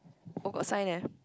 oh got sign leh